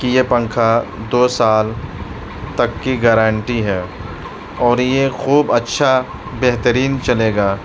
کہ یہ پنکھا دو سال تک کی گارنٹی ہے اور یہ خوب اچھا بہترین چلے گا